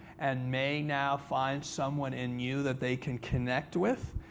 and may now find someone in you that they can connect with.